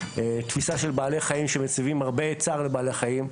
תפיסה של בעלי חיים שעושים הרבה צער לבעלי חיים.